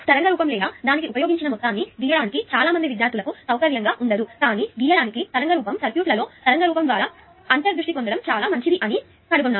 తరంగ రూపం లేదా దానికి ఉపయోగించిన మొత్తాన్ని గీయడానికి చాలా మంది విద్యార్థులకు సౌకర్యంగా ఉండదు కానీ గీయడానికి తరంగ రూపం సర్క్యూట్లలో తరంగ రూపం ద్వారా అంతర్దృష్టి పొందడం చాలా మంచిది అని నేను సొంతంగా కనుగొన్నాను